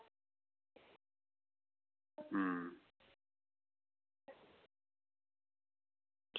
अं